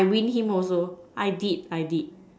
I win him also I did I did